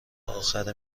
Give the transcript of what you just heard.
آخر